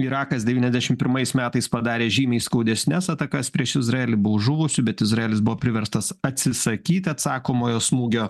irakas devyniadešim pirmais metais padarė žymiai skaudesnes atakas prieš izraelį buvo žuvusių bet izraelis buvo priverstas atsisakyt atsakomojo smūgio